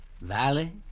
Valley